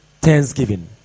Thanksgiving